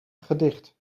gedicht